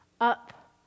up